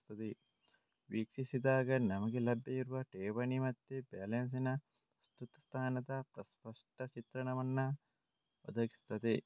ವೀಕ್ಷಿಸಿದಾಗ ನಮಿಗೆ ಲಭ್ಯ ಇರುವ ಠೇವಣಿ ಮತ್ತೆ ಬ್ಯಾಲೆನ್ಸಿನ ಪ್ರಸ್ತುತ ಸ್ಥಾನದ ಸ್ಪಷ್ಟ ಚಿತ್ರಣವನ್ನ ಒದಗಿಸ್ತದೆ